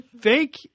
thank